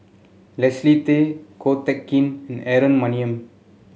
Leslie Tay Ko Teck Kin Aaron Maniam